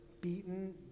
beaten